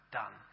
done